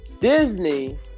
Disney